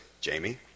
Jamie